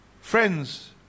Friends